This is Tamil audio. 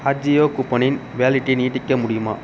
அஜியோ கூப்பனின் வேலிட்டியை நீட்டிக்க முடியுமா